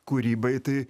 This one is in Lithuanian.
kūrybai tai